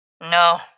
No